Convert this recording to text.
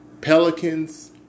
Pelicans